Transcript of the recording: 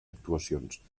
actuacions